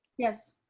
yes.